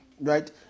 right